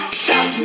stop